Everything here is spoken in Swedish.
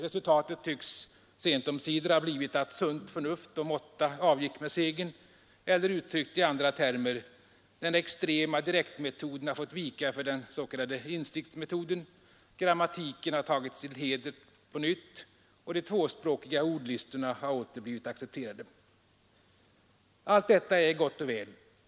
Resultatet tycks sent omsider ha blivit att sunt förnuft och måtta avgick med segern, eller uttryckt i andra termer: den extrema direktmetoden har fått vika för den s.k. insiktsmetoden, grammatiken har tagits till heders på nytt och de tvåspråkiga ordlistorna har åter blivit accepterade. Allt detta är gott och väl.